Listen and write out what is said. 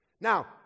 Now